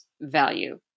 value